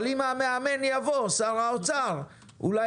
אבל עם המאמן יבוא, שר האוצר, אולי